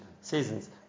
seasons